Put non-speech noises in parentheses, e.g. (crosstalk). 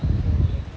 (noise)